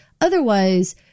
otherwise